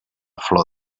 flor